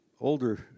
older